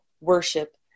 worship